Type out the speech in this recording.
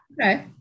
Okay